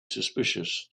suspicious